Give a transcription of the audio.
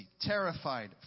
terrified